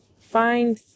find